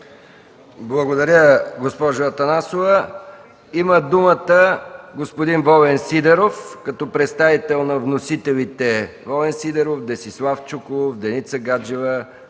Благодаря, госпожо Атанасова. Има думата господин Волен Сидеров като представител на вносителите – Волен Сидеров, Десислав Чуколов, Деница Гаджева,